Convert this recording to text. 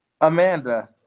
Amanda